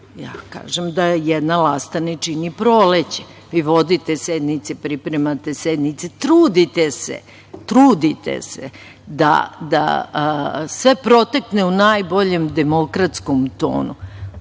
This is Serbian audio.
Ja kažem da jedan lasta ne čini proleće. Vi vodite sednice, pripremate sednice, trudite se da sve protekne u najboljem demokratskom tonu,